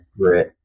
grit